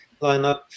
lineup